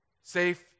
Safe